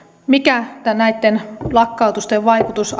mikä näitten lakkautusten vaikutus